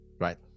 right